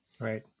Right